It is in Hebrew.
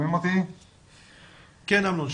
המנכ"ל.